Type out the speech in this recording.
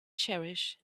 cherish